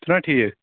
چھُناہ ٹھیٖک